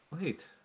wait